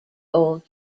old